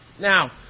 now